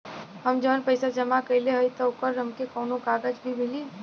हम जवन पैसा जमा कइले हई त ओकर हमके कौनो कागज भी मिली?